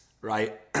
right